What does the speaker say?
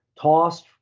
tossed